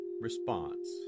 response